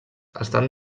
estan